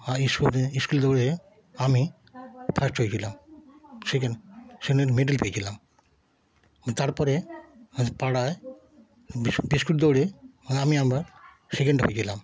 high school স্কুলে দৌড়ে আমি ফার্স্ট হয়েছিলাম সেখানে সেখানে একটা মেডেল পেয়েছিলাম তার পরে আমাদের পাড়ায় বিস্কুট বিস্কুট দৌড়ে আমি আবার সেকেন্ড হয়েছিলাম